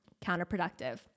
counterproductive